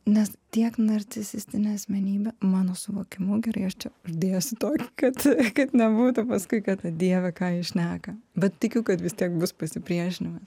nes tiek narcisistinė asmenybė mano suvokimu gerai aš čia dėsiu tokį kad kad nebūtų paskui kad dieve ką ji šneka bet tikiu kad vis tiek bus pasipriešinimas